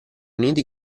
uniti